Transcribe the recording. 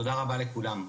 תודה רבה לכולם.